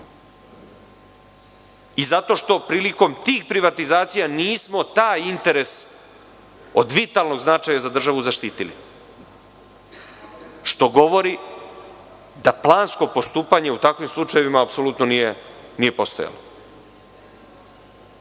Zato što prilikom tih privatizacija nismo taj interes od vitalnog značaja za državu zaštitili što govorim da plansko postupanje u takvim slučajevima apsolutno nije postojalo. Recimo,